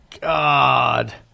God